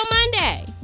Monday